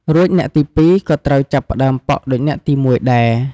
រួចអ្នកទី ២ ក៏ត្រូវចាប់ផ្តើមប៉ក់ដូចអ្នកទី ១ ដែរ។